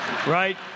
Right